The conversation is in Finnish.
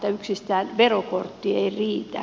yksistään verokortti ei riitä